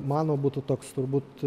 mano būtų toks turbūt